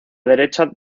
derecha